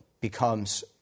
becomes